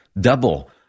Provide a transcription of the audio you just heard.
Double